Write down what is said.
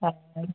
অ